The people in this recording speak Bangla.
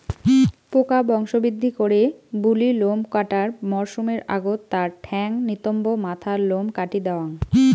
পোকা বংশবৃদ্ধি করে বুলি লোম কাটার মরসুমের আগত তার ঠ্যাঙ, নিতম্ব, মাথার লোম কাটি দ্যাওয়াং